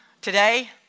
Today